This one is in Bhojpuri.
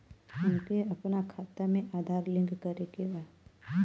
हमके अपना खाता में आधार लिंक करें के बा?